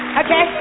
okay